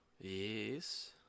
Yes